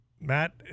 Matt